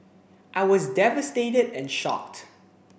I was devastated and shocked